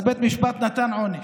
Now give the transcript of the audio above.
אז בית המשפט נתן עונש,